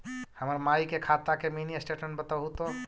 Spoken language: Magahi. हमर माई के खाता के मीनी स्टेटमेंट बतहु तो?